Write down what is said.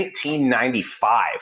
1995